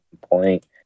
point